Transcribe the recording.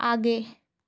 आगे